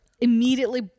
immediately